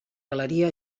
galeria